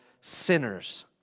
sinners